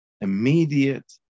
immediate